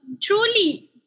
truly